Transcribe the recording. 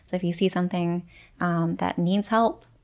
if you see something that needs help,